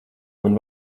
man